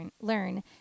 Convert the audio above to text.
learn